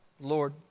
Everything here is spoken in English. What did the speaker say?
Lord